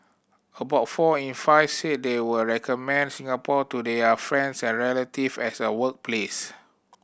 about four in five said they would recommend Singapore to their friends and relative as a workplace